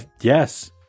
Yes